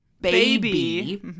Baby